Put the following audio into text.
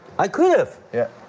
i could have. yeah.